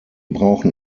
brauchen